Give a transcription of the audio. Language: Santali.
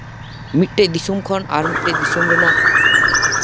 ᱢᱤᱫᱴᱮᱱ ᱫᱤᱥᱚᱢ ᱠᱷᱚᱱ ᱟᱨ ᱢᱤᱫᱴᱮᱱ ᱫᱤᱥᱚᱢ ᱨᱮᱱᱟᱜ